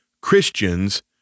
Christians